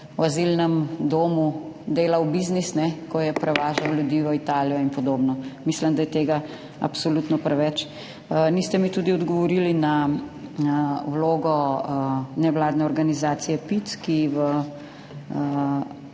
v azilnem domu seveda delal biznis, ko je prevažal ljudi v Italijo in podobno. Mislim, da je tega absolutno preveč. Niste mi odgovorili glede vloge nevladne organizacije PIC, ki v